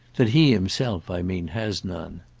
that he himself, i mean, has none.